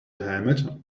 helmet